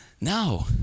No